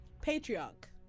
patriarch